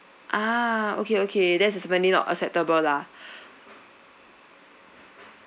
ah okay okay that is definitely not acceptable lah